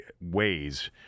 ways